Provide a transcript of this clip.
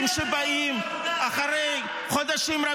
הוכח למנהל